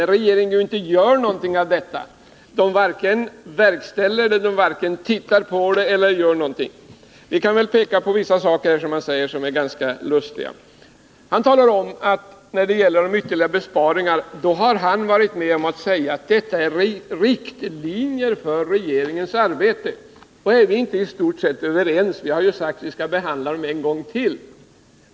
Vi vet ju att regeringen varken ser på saker och ting eller gör någonting. Jag vill peka på vissa saker som Johan Olsson säger som är ganska lustiga. Han förklarar att när det gäller ytterligare besparingar har han varit med om att säga att detta är riktlinjer för regeringens arbete, och så säger han: Är vi inte i stort sett överens, vi har ju sagt att vi skall behandla dem en gång till?